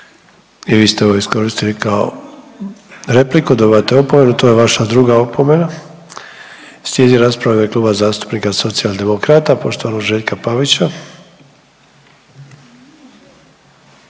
I vi ste ovo iskoristili kao repliku, dobivate opomenu, to je vaša druga opomena. Slijedi rasprava u ime Kluba zastupnika Socijaldemokrata poštovanog Željka Pavića.